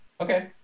okay